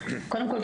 קודם כול,